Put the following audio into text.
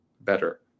better